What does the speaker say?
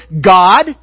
God